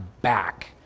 back